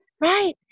right